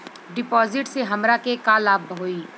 डिपाजिटसे हमरा के का लाभ होई?